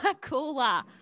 cooler